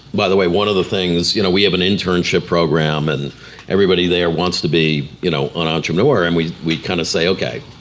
by the way, one of the things, you know we have an internship program and everybody there wants to be you know an entrepreneur and we we kind of say okay,